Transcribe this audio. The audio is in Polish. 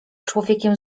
człowiekiem